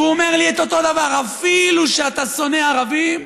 והוא אומר לי את אותו דבר: אפילו שאתה שונא ערבים,